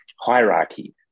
hierarchy